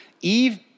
Eve